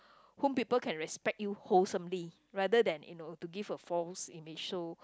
whom people can respect you wholesomely rather than you know to give a false image so